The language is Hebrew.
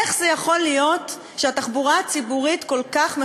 איך זה יכול להיות שהתחבורה הציבורית כל כך מפגרת?